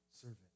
servant